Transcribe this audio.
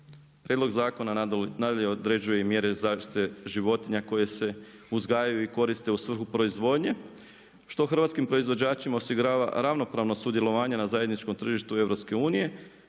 Prijedlog zakona nadalje određuje i mjere zaštite životinja koje se uzgajaju i koriste u svrhu proizvodnje, što hrvatskim proizvođačima osigurava ravnopravno sudjelovanju na zajedničkom tržištu EU,